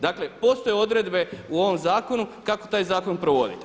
Dakle postoje odredbe u ovom zakonu kako taj zakon provoditi.